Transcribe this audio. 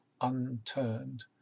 unturned